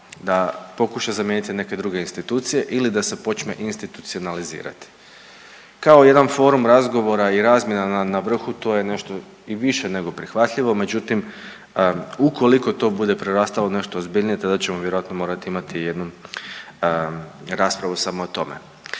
da pokuša zamijeniti neke druge institucije ili da se počne institucionalizirati. Kao jedan forum razgovora i razmjena na vrhu to je nešto i više nego prihvatljivo, međutim ukoliko to bude prerastalo u nešto ozbiljnije tada ćemo vjerojatno morati imati jednu raspravu samo o tome.